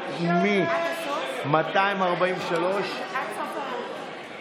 מ-243,